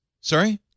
Sorry